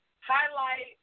Highlight